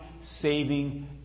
saving